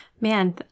Man